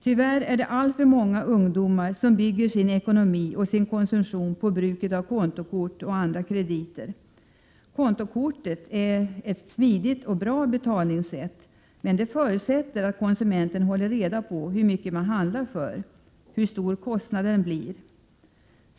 Tyvärr bygger alltför många ungdomar sin ekonomi och sin konsumtion på bruket av kontokort och andra krediter. Kontokortet är ett smidigt och bra betalningssätt, men det förutsätter att konsumenten håller reda på hur mycket han handlar för, hur stor kostnaden blir.